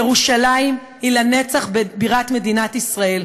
ירושלים היא לנצח בירת מדינת ישראל,